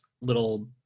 little